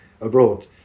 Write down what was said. abroad